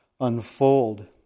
unfold